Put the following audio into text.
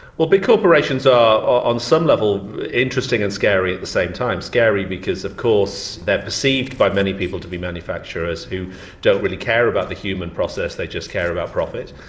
well big corporations are on some level interesting and scary at the same time. scary because of course they're perceived by many people to be manufacturers who don't really care about the human process, they just care about profit.